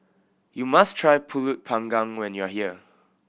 you must try Pulut Panggang when you are here